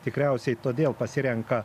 tikriausiai todėl pasirenka